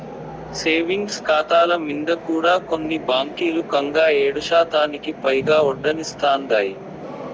savings కాతాల మింద కూడా కొన్ని బాంకీలు కంగా ఏడుశాతానికి పైగా ఒడ్డనిస్తాందాయి